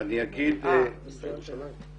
הזכירו כאן